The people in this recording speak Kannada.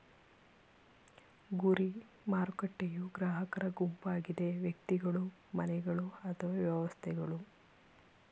ಗುರಿ ಮಾರುಕಟ್ಟೆಯೂ ಗ್ರಾಹಕರ ಗುಂಪಾಗಿದೆ ವ್ಯಕ್ತಿಗಳು, ಮನೆಗಳು ಅಥವಾ ಸಂಸ್ಥೆಗಳು